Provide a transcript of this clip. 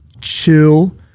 chill